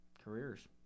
careers